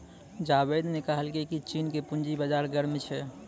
जावेद ने कहलकै की चीन के पूंजी बाजार गर्म छै